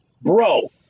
bro